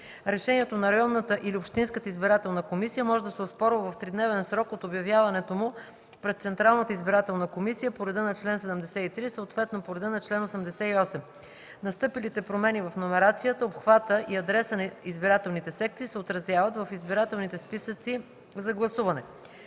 Решението на районната или общинската избирателна комисия може да се оспорва в тридневен срок от обявяването му пред Централната избирателна комисия по реда на чл. 73, съответно по реда на чл. 88. (5) Настъпилите промени в номерацията, обхвата и адреса на избирателните секции се отразяват в избирателните списъци за гласуване.